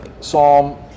Psalm